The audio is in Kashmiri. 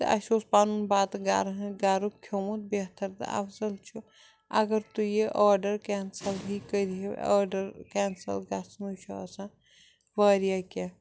تہٕ اَسہِ اوس پَنُن بَتہٕ گَرٕ ہٕنٛدۍ گَرُک کھیوٚمُت بہتَر تہٕ اَفضل چھُ اگر تُہۍ یہِ آرڈر کٮ۪نسَل ہی کٔرِو آرڈر کٮ۪نسَل گژھنُے چھُ آسان وارِیاہ کیٚنٛہہ